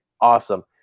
awesome